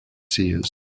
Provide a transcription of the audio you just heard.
seers